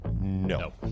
No